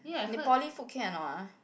Nepali food can or not ah